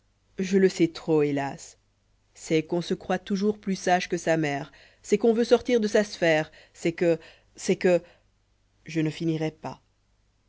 je le sais trop hélas c'est qu'on se croit toujours plus sage que sa mère c'est qu'on vent sortir de sa sphère c'est que c'est que je ne finirais pas